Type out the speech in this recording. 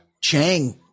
Chang